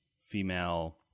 female